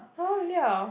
!huh! really ah